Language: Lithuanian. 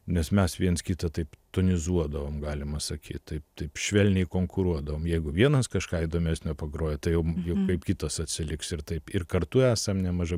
nes mes viens kitą taip tonizuodavom galima sakyt taip taip švelniai konkuruodavom jeigu vienas kažką įdomesnio pagrojo tai jaujau kaip kitas atsiliks ir taip ir kartu esam nemažai